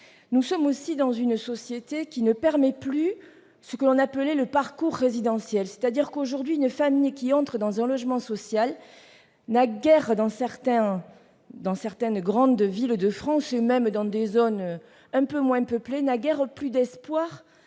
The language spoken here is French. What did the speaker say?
nous sommes dans une société qui ne permet plus ce qu'on appelait le parcours résidentiel. Aujourd'hui, une famille qui entre dans un logement social, dans certaines grandes villes de France, et même dans des zones un peu moins peuplées, n'a plus guère d'espoir